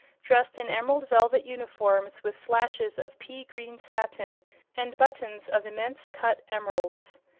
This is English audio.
dressed in emerald velvet uniforms with slashes of pea-green satin and buttons of immense cut emeralds.